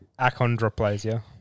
Achondroplasia